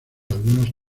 algunos